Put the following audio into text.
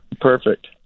Perfect